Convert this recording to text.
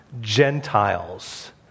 Gentiles